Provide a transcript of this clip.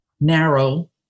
narrow